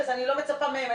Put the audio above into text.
אז אני לא מצפה מהן.